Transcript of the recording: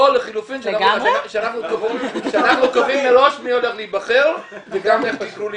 או לחילופין שאנחנו קובעים מראש מי הולך להיבחר וגם איך יקראו לאשתו.